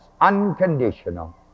unconditional